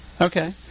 okay